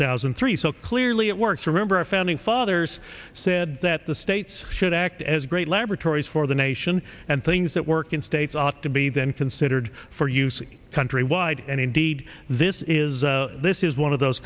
thousand and three so clearly it works remember our founding fathers said that the states should act as great laboratories for the nation and things that work in states ought to be then considered for use countrywide and indeed this is this is one of those